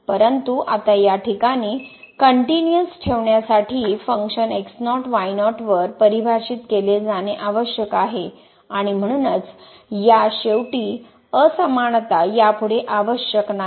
परंतु आता या ठिकाणी कनट्युनिअस ठेवण्यासाठी फंक्शन x0 y0 वर परिभाषित केले जाणे आवश्यक आहे आणि म्हणूनच या शेवटी असमानता यापुढे आवश्यक नाही